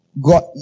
God